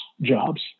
jobs